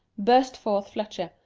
burst forth fletcher.